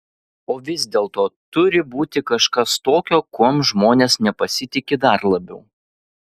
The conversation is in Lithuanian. o vis dėlto turi būti kažkas tokio kuom žmonės nepasitiki dar labiau